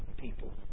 people